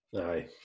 Aye